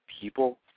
people